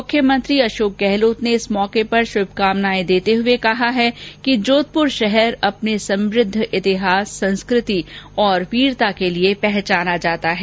मुख्यमंत्री अशोक गहलोत ने इस अवसर पर शुभकामनाएं देते हुए कहा है कि जोधपुर शहर अपने समृद्व इतिहास संस्कृति और वीरता के लिए पहचाना जाता है